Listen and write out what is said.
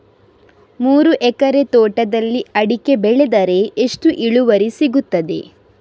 ಮೂರು ಎಕರೆ ತೋಟದಲ್ಲಿ ಅಡಿಕೆ ಬೆಳೆದರೆ ಎಷ್ಟು ಇಳುವರಿ ಸಿಗುತ್ತದೆ?